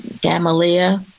Gamaliel